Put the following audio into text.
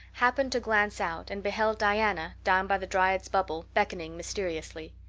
happened to glance out and beheld diana down by the dryad's bubble beckoning mysteriously.